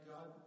God